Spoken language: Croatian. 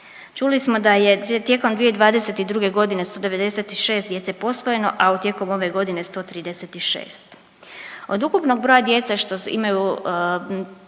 Čuli smo da je tijekom 2022.g. su 96 djece posvojeno, a tijekom ove godine 136. Od ukupnog broja djece što imaju